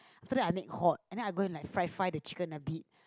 so then I make hot and I go and like fried fried the chicken a bit